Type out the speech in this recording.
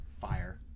Fire